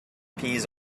peas